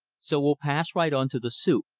so we'll pass right on to the soup.